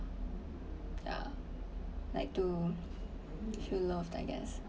ya like to feel loved I guess